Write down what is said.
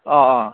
অঁ অঁ